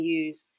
use